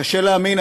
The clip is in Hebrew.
קשה להאמין,